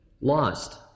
lost